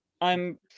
I'm-